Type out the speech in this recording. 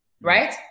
right